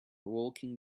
walking